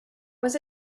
was